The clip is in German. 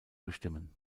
bestimmen